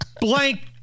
blank